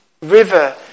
river